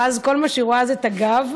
ואז כל מה שהם רואים זה את הגב.